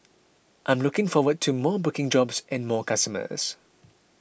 I'm looking forward to more booking jobs and more customers